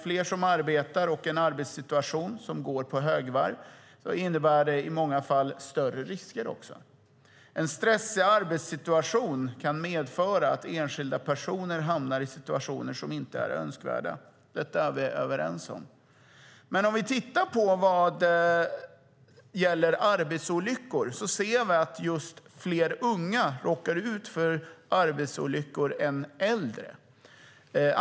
Fler som arbetar i en bransch som går på högvarv innebär i många fall större risker. En stressig arbetssituation kan medföra att enskilda personer hamnar i situationer som inte är önskvärda. Detta är vi överens om. Tittar vi på statistiken ser vi att fler unga än äldre råkar ut för arbetsolyckor.